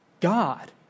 God